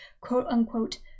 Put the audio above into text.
quote-unquote